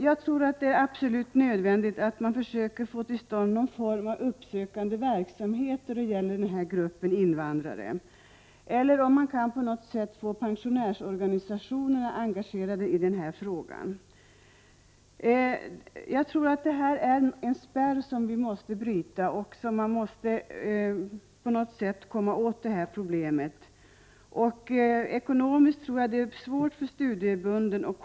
Jag tror det är absolut nödvändigt att försöka få till stånd någon form av uppsökande verksamhet beträffande den här gruppen invandrare. Möjligen kan man också på något sätt få pensionärsorganisationerna engagerade i den här frågan. Det handlar om en spärr som vi måste bryta. Vi måste på något sätt komma åt problemet. Ekonomiskt tror jag det är svårt för studieförbunden och TI.